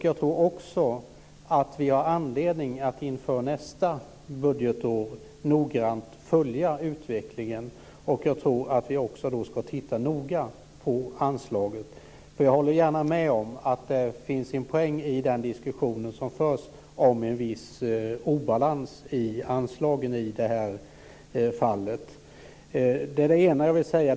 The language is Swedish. Jag tror också att vi har anledning att inför nästa budgetår noggrant följa utvecklingen, och vi ska då också titta noga på anslaget. Jag håller gärna med om att det finns en poäng i den diskussion som förs om en viss obalans i anslagen i detta fall. Det var det ena jag ville säga.